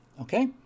okay